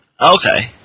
Okay